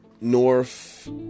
north